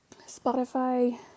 Spotify